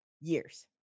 years